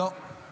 מה זה כאילו?